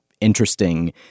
interesting